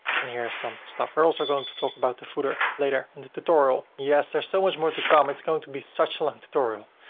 and here's some stuff. we're also going to talk about the footer later in the tutorial. yes. there's are so much more to come. it's going to be such a long tutorial.